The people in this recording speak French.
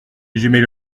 j’émets